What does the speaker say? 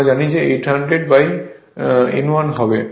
আমরা জানি 800 n 1 হবে